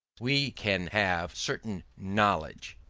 we can have certain knowledge.